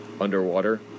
Underwater